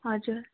हजुर